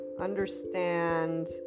Understand